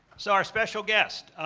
so our special guest,